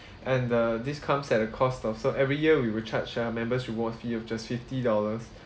and err this comes at a cost of so every year we will charge uh members' rewards fee of just fifty dollars